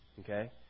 Okay